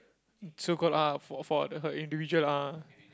so called ah for for her the individual ah